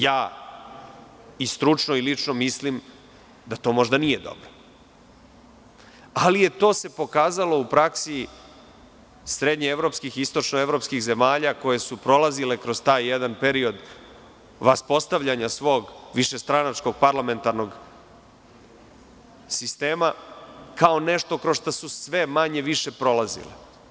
Ja i stručno i lično mislim da to možda nije dobro, ali to se pokazalo u praksi srednjeevropskih i istočnoevropskih zemalja koje su prolazile kroz taj jedan period vaspostavljanja svog višestranačkog parlamentarnog sistema, kao nešto kroz šta su sve, manje-više, prolazile.